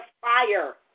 fire